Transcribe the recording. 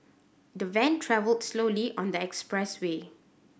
the van travelled slowly on the expressway